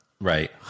Right